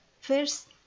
first